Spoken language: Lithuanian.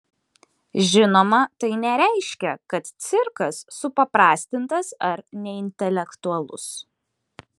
žinoma tai nereiškia kad cirkas supaprastintas ar neintelektualus